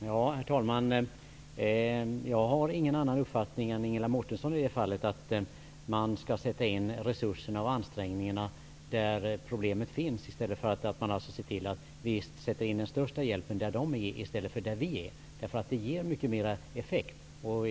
Herr talman! Jag har ingen annan uppfattning än Ingela Mårtensson, dvs. att man skall sätta in resurserna och ansträngningarna där problemet finns, att sätta in den största hjälpen där de är i stället för där vi är. Det ger mycket mer effekt.